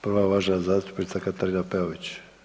Prva uvažena zastupnica Katarina Peović.